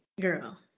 girl